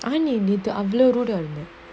I need you to அவ்ளோ:avlo rude ah இல்ல:illa